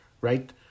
right